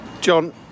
John